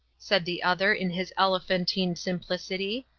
said the other, in his elephantine simplicity,